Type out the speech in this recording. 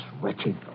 wretched